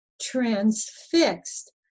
transfixed